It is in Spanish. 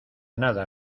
nada